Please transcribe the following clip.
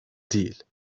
değil